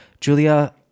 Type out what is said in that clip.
Julia